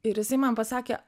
ir jisai man pasakė